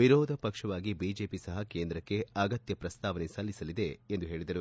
ವಿರೋಧ ಪಕ್ಷವಾಗಿ ಬಿಜೆಪಿ ಸಹ ಕೇಂದ್ರಕ್ಕೆ ಅಗತ್ಯ ಪ್ರಸ್ತಾವನೆ ಸಲ್ಲಿಸಲಿವೆ ಎಂದು ಹೇಳಿದರು